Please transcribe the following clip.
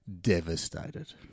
devastated